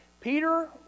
Peter